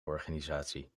organisatie